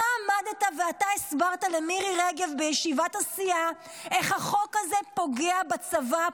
אתה עמדת ואתה הסברת למירי רגב בישיבת הסיעה איך החוק הזה פוגע בצבא,